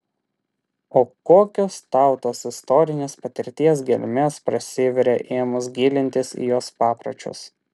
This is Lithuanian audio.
o kokios tautos istorinės patirties gelmės prasiveria ėmus gilintis į jos papročius